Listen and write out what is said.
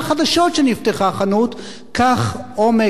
כך עומק הקריסה והאכזבה.